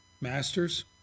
Masters